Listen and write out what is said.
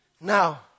Now